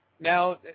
Now